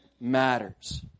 Matters